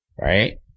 right